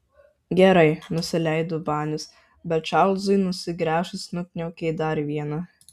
gerai nusileido banis bet čarlzui nusigręžus nukniaukė dar vieną